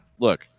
look